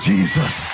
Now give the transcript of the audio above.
Jesus